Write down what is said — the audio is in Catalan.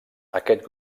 aquest